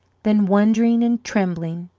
then, wondering and trembling,